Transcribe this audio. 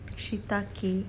shiitake